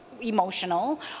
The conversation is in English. emotional